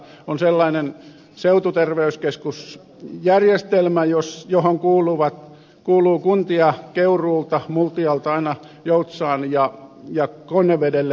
on sellainen seututerveyskeskusjärjestelmä johon kuuluu kuntia keuruulta multialta aina joutsaan ja konnevedelle asti